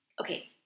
okay